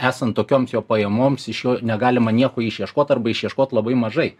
esant tokioms jo pajamoms iš jo negalima nieko išieškot arba išieškot labai mažai